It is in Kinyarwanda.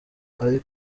ari